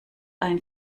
ein